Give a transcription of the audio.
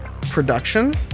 production